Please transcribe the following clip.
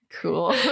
cool